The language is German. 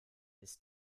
ist